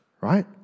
Right